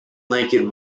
lincoln